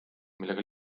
millega